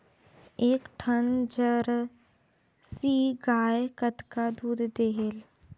एक ठन जरसी गाय कतका दूध देहेल?